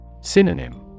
Synonym